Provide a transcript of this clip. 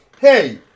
Hey